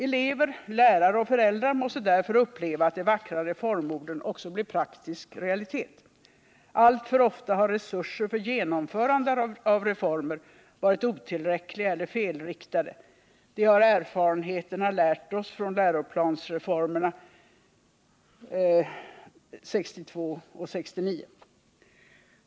Elever, lärare och föräldrar måste därför uppleva att de vackra reformorden också blir praktisk realitet. Alltför ofta har resurser för genomförande av reformer varit otillräckliga eller felriktade. Det har erfarenheterna lärt oss från Igr 1962 och 1969.